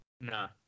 No